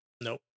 Nope